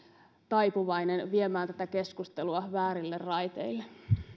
taipuvainen viemään tätä keskustelua väärille raiteille